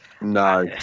No